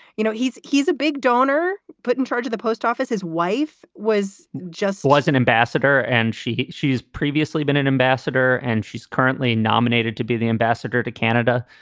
you know, he's he's a big donor put in charge of the post office. his wife was just was an ambassador and she she's previously been an ambassador and she's currently nominated to be the ambassador to canada.